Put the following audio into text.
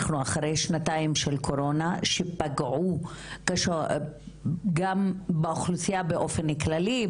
אנחנו אחרי שנתיים של קורונה שפגעו קשות גם באוכלוסייה באופן כללי,